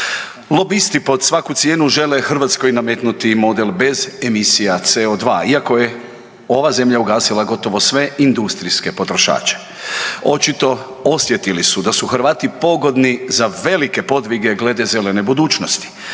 lobisti pod svaku cijenu žele Hrvatskoj nametnuti model bez emisija CO2 iako je ova zemlja ugasila gotovo sve industrijske potrošače. Očito osjetili su da su Hrvati pogodni za velike podvige glede zelene budućnosti